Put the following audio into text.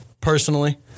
personally